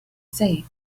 say